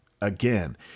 again